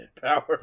power